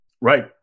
Right